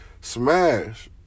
smash